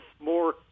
more